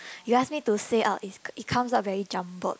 you ask me to say out it it comes out very jumbled